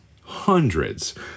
hundreds